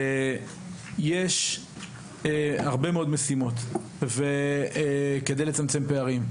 יש הרבה מאוד משימות כדי לצמצם פערים,